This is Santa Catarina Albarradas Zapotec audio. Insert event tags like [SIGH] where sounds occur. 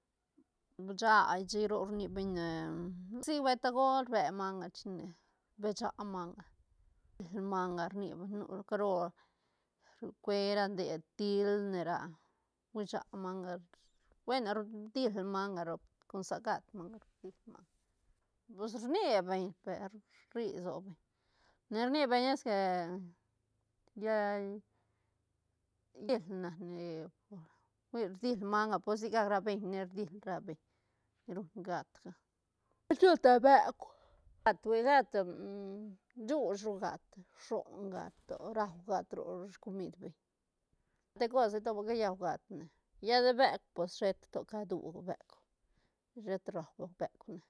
Bcha chic roc rni beñ ne sic vay tagol rbe manga chine rbecha manga [UNINTELLIGIBLE] manga rni beñ nuru caro cue ra nde til ne ra cuecha manga buena rdil manga roc con sa gat manga dil manga pues rni beñ per rri so beñ ni rni beñ esque llal rdil nac ne por hui rdil manga pues sigac ra beñ ne rdil ra beñ ruñ gat ga, chul te beuk [NOISE] gat hui gat [HESITATION] shuuch ru gat rshon gat to rau gat ro scomid beñ te cose to ba callua gat ne lla de buek pues sheta to cadu beuk sheta rau beuk ne.